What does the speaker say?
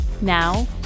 Now